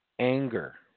Anger